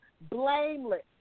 blameless